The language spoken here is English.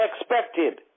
expected